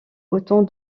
autant